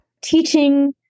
teaching